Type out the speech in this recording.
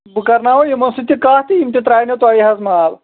بہٕ کرناوہو یِمن ستۭۍ تہِ کَتھ تہٕ یِم تہِ ترٛاونَو تۄہہِ حظ مال